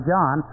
John